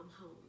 home